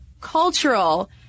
cultural